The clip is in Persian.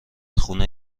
خونه